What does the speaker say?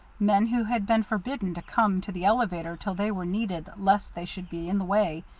men who had been forbidden to come to the elevator till they were needed lest they should be in the way,